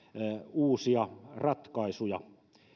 uusia ratkaisuja